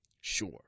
Sure